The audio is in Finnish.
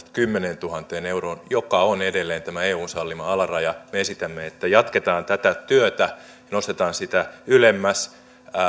kymmeneentuhanteen euroon joka on edelleen tämä eun sallima alaraja me esitämme että jatketaan tätä työtä ja nostetaan sitä ylemmäs